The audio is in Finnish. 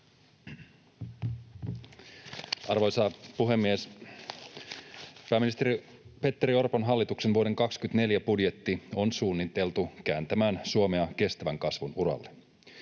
Arvoisa puhemies! Pääministeri Petteri Orpon hallituksen vuoden 24 budjetti on suunniteltu kääntämään Suomea kestävän kasvun uralle.